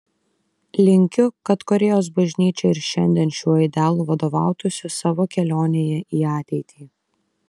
linkiu kad korėjos bažnyčia ir šiandien šiuo idealu vadovautųsi savo kelionėje į ateitį